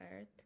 earth